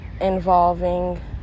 involving